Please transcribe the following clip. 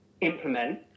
implement